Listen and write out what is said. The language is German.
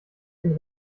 und